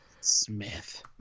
Smith